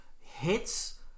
hits